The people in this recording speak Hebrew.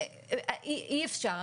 אי אפשר.